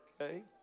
Okay